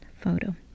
photo